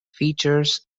features